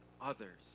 others